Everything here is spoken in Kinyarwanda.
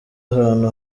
ahantu